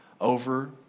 over